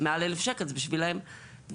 מעל אלף שקל זה בשבילן גבוה,